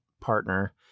partner